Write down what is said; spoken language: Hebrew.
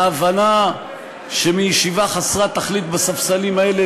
ההבנה שמישיבה חסרת תכלית בספסלים האלה